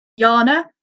Yana